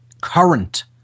Current